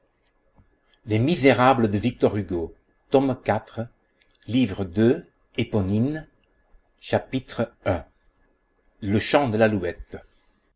livre deuxième éponine chapitre i le champ de l'alouette